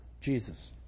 Jesus